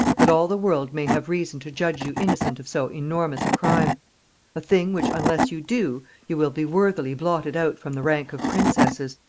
that all the world may have reason to judge you innocent of so enormous a crime a thing which unless you do, you will be worthily blotted out from the rank of princesses,